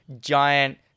giant